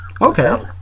Okay